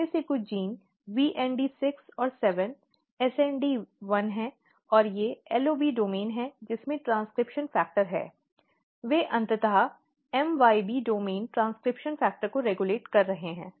इनमें से कुछ जीन VND6 और 7 SND1 हैं और ये LOB डोमेन हैं जिनमें ट्रांसक्रिप्शन फ़ैक्टर हैं और वे अंततः MYB डोमेन ट्रांसक्रिप्शन फ़ैक्टर को रेगुलेट कर रहे हैं